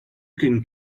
can